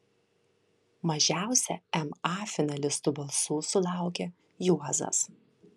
mažiausia ma finalistų balsų sulaukė juozas